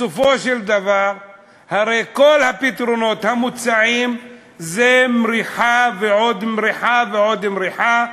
בסופו של דבר הרי כל הפתרונות המוצעים הם מריחה ועוד מריחה ועוד מריחה,